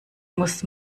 muss